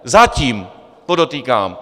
Zatím, podotýkám.